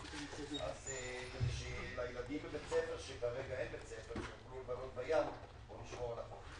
בית ספר, שהילדים יוכלו לבלות בים ולשמור על החוף.